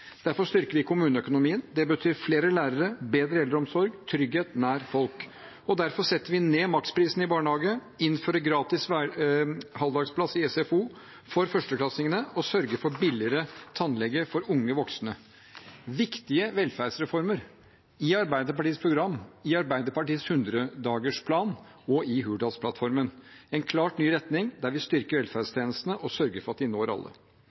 Derfor styrker vi kommuneøkonomien; det betyr flere lærere, bedre eldreomsorg og trygghet nær folk. Og derfor setter vi ned maksprisen i barnehage, innfører gratis halvdagsplass i SFO for førsteklassingene og sørger for billigere tannlege for unge voksne. Det er viktige velferdsreformer i Arbeiderpartiets program, i Arbeiderpartiets 100-dagersplan og i Hurdalsplattformen – en klart ny retning der vi styrker velferdstjenestene og sørger for at de når alle.